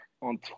on